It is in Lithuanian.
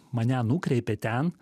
mane nukreipė ten